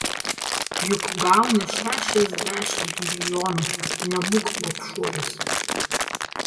juk gauni šešiasdešimt milijonų nebūk gobšuolis